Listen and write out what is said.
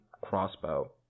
crossbow